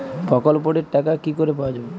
প্রকল্পটি র টাকা কি করে পাওয়া যাবে?